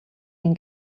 энэ